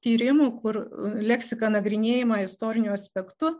tyrimų kur leksika nagrinėjama istoriniu aspektu